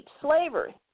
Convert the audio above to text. Slavery